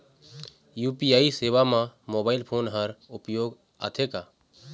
UPI सेवा म mobile phone हर उपयोग आथे का?